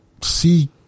see